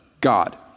God